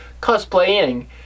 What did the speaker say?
cosplaying